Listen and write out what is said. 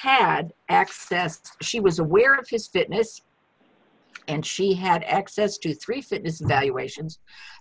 had access to she was aware of his fitness and she had access to three fitness valuations